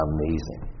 Amazing